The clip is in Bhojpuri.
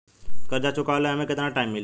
कर्जा चुकावे ला एमे केतना टाइम मिली?